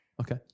okay